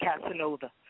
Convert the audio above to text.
Casanova